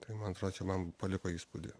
tai man atrodo čia man paliko įspūdį